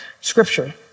scripture